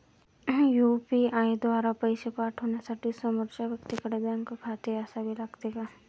UPI द्वारा पैसे पाठवण्यासाठी समोरच्या व्यक्तीकडे बँक खाते असावे लागते का?